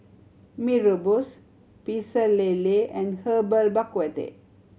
Mee Rebus Pecel Lele and Herbal Bak Ku Teh